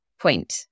point